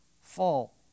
fall